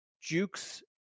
jukes